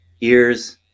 ears